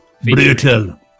Brutal